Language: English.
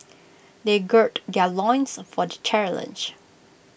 they gird their loins for the challenge